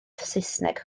saesneg